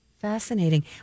fascinating